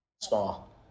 Small